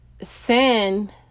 sin